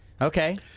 Okay